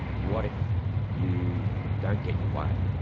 what if you don't get your way?